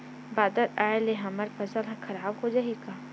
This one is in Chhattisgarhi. बादर आय ले हमर फसल ह खराब हो जाहि का?